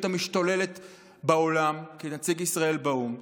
המשתוללת בעולם כנציג ישראל באו"ם.